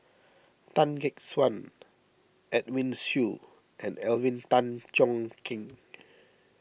Tan Gek Suan Edwin Siew and Alvin Tan Cheong Kheng